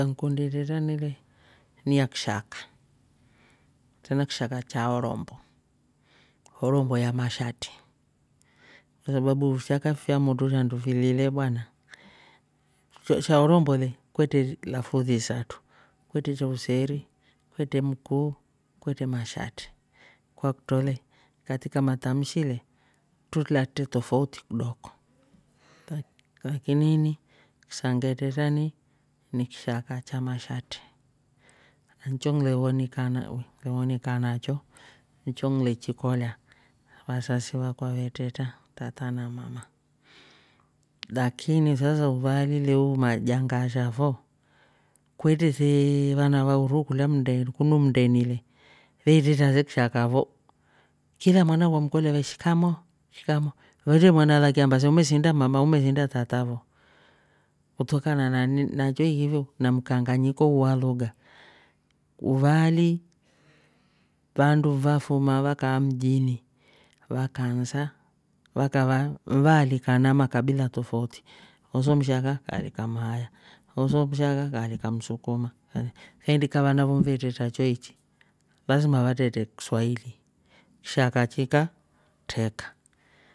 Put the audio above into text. Lugha ngikundi itretra le niya kishaka tena kishaka cha horombo. horombo ya mashati kwa sababu fishaka fi fyamotru shandu fili le bwana sha horombo le kwetre lafudhi isatru kwetre cha useri, kwetre mkuu. kwetre mashati kwakutro le katika matamshi le tulatre tofauti kidoko lakini ini sha ngetretra ini ni kishaka cha mashati ncho ngile wonika- na iwonika nacho ncho ng'lechikolya wasasi wakwa we treta tata na mama, lakini sasa uvaaliileu majanga asha fo kwetre see vana va uruhu kulya mndeni. kunu mndeni le vetretra se kishaka fo kila mwana wamkolya ve shikamoo!! Shikamoo!! Kwetre mwana alaki amba se umesinda mama au umesinda tata fo kutokana nani- nachoiki fe u namkanganyiko wu lugha uvaali. vandu vafuma vakaa mjini vaka ansa vakava vaalikana makabila tofauti oso mshaka kaalika mhaaya. oso mshaka kaalika msukuma kaindika vana vo ve treta choiki lasma vatretre kiswahili kishaka chika treka.